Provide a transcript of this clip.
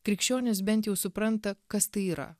krikščionis bent jau supranta kas tai yra